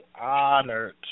honored